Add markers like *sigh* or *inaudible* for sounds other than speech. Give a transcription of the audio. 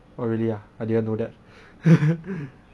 oh really ah I didn't know that *laughs*